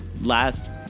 last